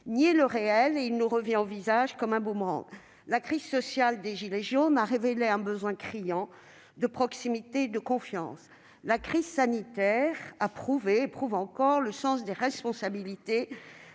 Niez le réel, et il vous revient au visage comme un boomerang ! La crise sociale des « gilets jaunes » a révélé un besoin criant de proximité et de confiance. La crise sanitaire a prouvé et prouve encore le sens des responsabilités,